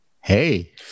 Hey